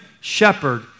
shepherd